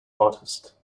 artist